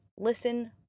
listen